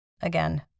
again